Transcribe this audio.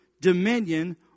dominion